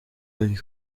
zijn